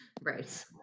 Right